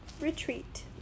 Retreat